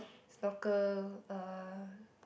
snorkel uh